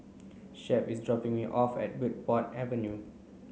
Shep is dropping me off at Bridport Avenue